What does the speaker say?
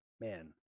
man